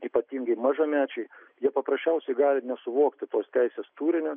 ypatingai mažamečiai jie paprasčiausiai gali nesuvokti tos teisės turinio